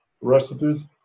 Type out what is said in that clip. recipes